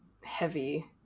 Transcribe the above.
heavy